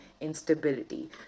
instability